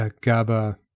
GABA